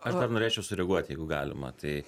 aš dar norėčiau sureaguot jeigu galima tai